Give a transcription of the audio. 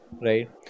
Right